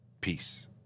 Peace